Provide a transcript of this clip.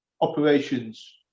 operations